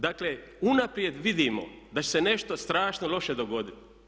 Dakle unaprijed vidimo da će se nešto strašno loše dogoditi.